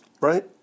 right